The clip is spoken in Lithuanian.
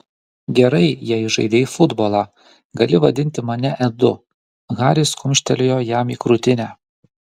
gerai jei žaidei futbolą gali vadinti mane edu haris kumštelėjo jam į krūtinę